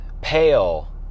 pale